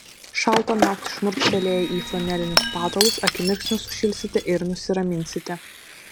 šaltą naktį šmurkštelėję į flanelinius patalus akimirksniu sušilsite ir nusiraminsite